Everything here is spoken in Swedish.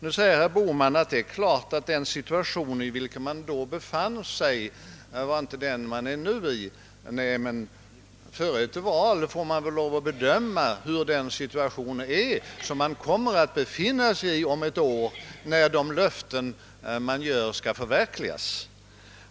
Herr Bohman säger nu att den situation, i vilken vi då befann oss, inte är densamma som dagens. Nej, men före ett val får man väl försöka bedöma, hurudan situationen kommer att vara ett år senare när de löften som man ger skall förverkligas.